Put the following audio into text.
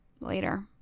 later